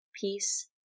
peace